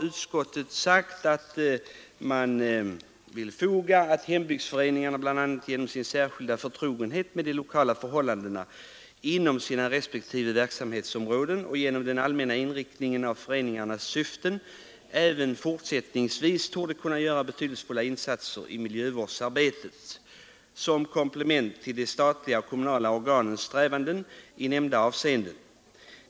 Utskottet har uttalat att hembygdsföreningarna bl.a. genom sin särskilda förtrogenhet med de lokala förhållandena inom sina respektive verksamhetsområden och genom den allmänna inriktningen av föreningarnas syften även fortsättningsvis torde kunna göra betydelsefulla insatser i miljövårdsarbetet som komplement till de statliga och kommunala organens strävanden i nämnda avseenden.